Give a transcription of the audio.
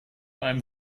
einem